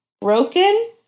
broken